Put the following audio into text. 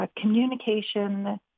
communication